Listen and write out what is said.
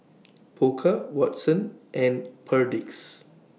Pokka Watsons and Perdix